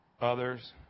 Others